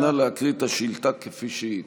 אנא להקריא את השאילתה כפי שהיא,